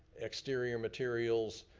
exterior materials,